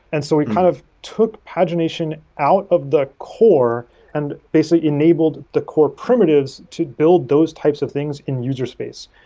and so we kind of took pagination out of the core and basically enabled the core primitives to build those types of things in user space.